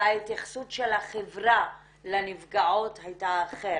וההתייחסות של החברה לנפגעות היתה אחרת,